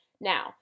Now